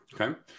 Okay